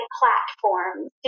platforms